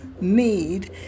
need